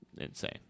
insane